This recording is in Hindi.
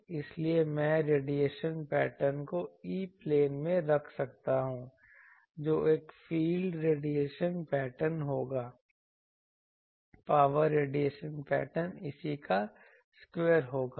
इसलिए मैं रेडिएशन पैटर्न को E प्लेन में रख सकता हूं जो एक फील्ड रेडिएशन पैटर्न होगा पावर रेडिएशन पैटर्न इसी का स्क्वायर होगा